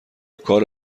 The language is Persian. کار